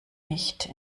nicht